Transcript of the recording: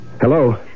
Hello